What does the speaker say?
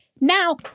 Now